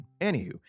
Anywho